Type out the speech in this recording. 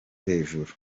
hejuru